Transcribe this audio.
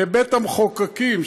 בבית-המחוקקים,